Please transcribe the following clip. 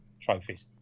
trophies